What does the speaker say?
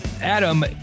Adam